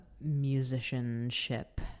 musicianship